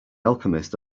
alchemist